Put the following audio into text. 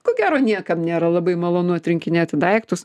ko gero niekam nėra labai malonu atrinkinėti daiktus